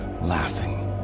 laughing